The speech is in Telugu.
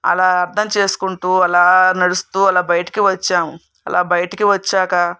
అలా అర్థం చేసుకుంటూ అలా నడుస్తూ అలా బయటకు వచ్చాం అలా బయటకి వచ్చాక